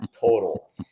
total